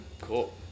Cool